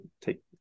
take